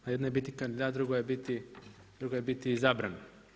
A jedno je biti kandidat, drugo je biti izabran.